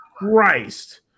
Christ